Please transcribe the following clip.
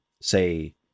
say